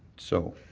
so